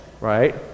Right